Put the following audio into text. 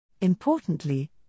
Importantly